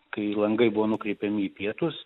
kai langai buvo nukreipiami į pietus